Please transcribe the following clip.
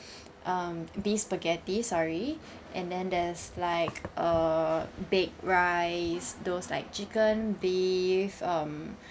um beef spaghetti sorry and then there's like uh baked rice those like chicken beef um